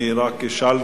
אני רק אשאל.